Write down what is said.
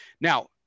Now